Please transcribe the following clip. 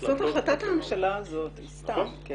החלטת הממשלה הזאת היא סתם.